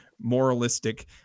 moralistic